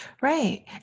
Right